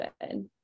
good